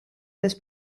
des